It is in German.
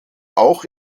auch